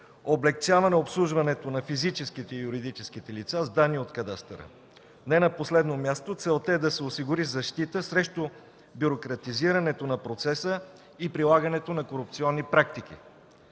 облекчаване обслужването на физическите и юридическите лица с данни от кадастъра. Не на последно място целта е да се осигури защита срещу бюрократизирането на процеса и прилагането на корупционни практики.